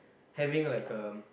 having like a